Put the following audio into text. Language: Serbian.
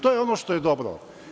To je ono što je dobro.